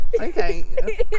Okay